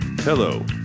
Hello